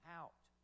out